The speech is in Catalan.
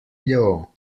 lleó